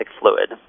fluid